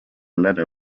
letter